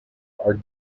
are